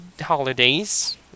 holidays